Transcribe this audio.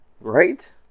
Right